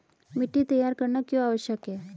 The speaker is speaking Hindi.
मिट्टी तैयार करना क्यों आवश्यक है?